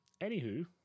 Anywho